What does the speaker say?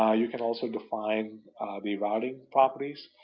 ah you can also define the routing properties,